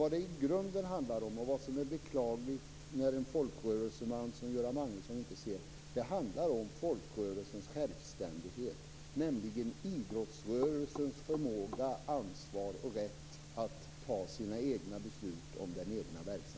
Vad det i grunden handlar om, vilket är beklagligt att en folkrörelseman som Göran Magnusson inte ser, är att det handlar om folkrörelsens självständighet, nämligen idrottsrörelsens förmåga, ansvar och rätt att fatta sina egna beslut om den egna verksamheten.